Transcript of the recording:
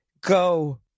go